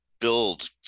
build